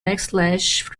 backlash